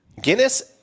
Guinness